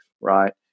right